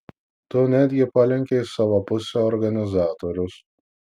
tu netgi palenkei į savo pusę organizatorius